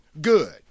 good